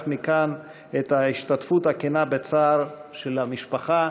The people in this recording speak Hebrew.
מכאן את ההשתתפות הכנה בצער של המשפחה,